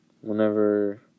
whenever